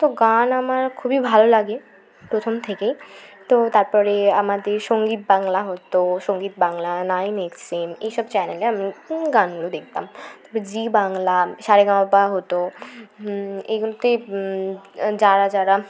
তো গান আমার খুবই ভালো লাগে প্রথম থেকে তো তারপরে আমাদের সঙ্গীত বাংলা হতো Sangeet Bangla nine X M এই সব চ্যানেলে আমি গানগুলো দেখতাম তারপর জি বাংলা সারেগামাপা হতো এগুলিতে যারা যারা